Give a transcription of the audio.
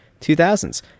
2000s